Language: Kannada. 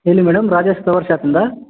ಹೇಳಿ ಮೇಡಮ್ ರಾಜೇಶ್ ಫ್ಲವರ್ ಶಾಪಿಂದ